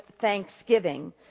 thanksgiving